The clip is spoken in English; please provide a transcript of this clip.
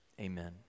Amen